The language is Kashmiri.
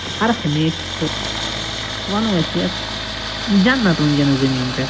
ہر ہمیشہ تہٕ وَنو أسۍ یَتھ جنت وُنٛکیٚس زٔمیٖنہِ پٮ۪ٹھ